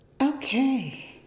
Okay